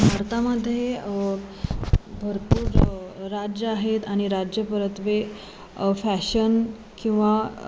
भारतामध्ये भरपूर राज्य आहेत आणि राज्य परतवे फॅशन किंवा